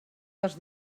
dels